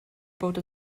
bod